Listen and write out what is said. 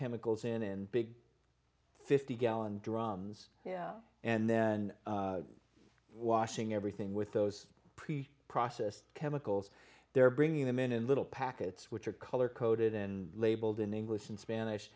chemicals in and big fifty gallon drums and then washing everything with those pretty processed chemicals they're bringing them in in little packets which are color coded and labeled in english and spanish